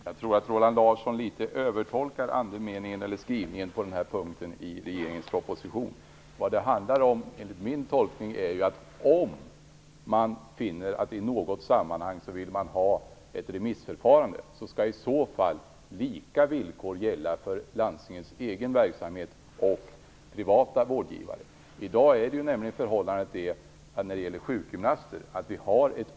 Herr talman! Jag tror att Roland Larsson något övertolkar skrivningen på den här punkten i regeringens proposition. Min tolkning är att om man finner att man i något sammanhang vill ha ett remissförfarande skall i så fall lika villkor gälla för landstingets egen verksamhet och privata vårdgivare. I dag är förhållandena olika när det gäller sjukgymnaster.